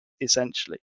essentially